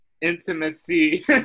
intimacy